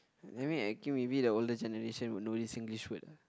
anyway ok maybe the older generation will know this Singlish word lah